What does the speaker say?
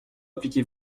appliquez